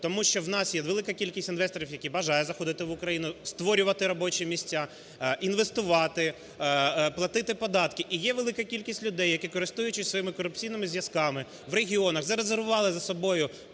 Тому що у нас є велика кількість інвесторів, які бажають заходити в Україну, створювати робочі місця, інвестувати, платити податки. І є велика кількість людей, які, користуючись своїми корупційними зв'язками в регіонах, зарезервували за собою